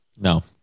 No